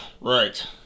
Right